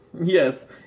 Yes